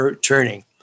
turning